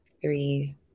three